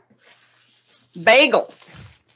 bagels